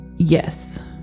Yes